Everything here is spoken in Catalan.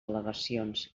al·legacions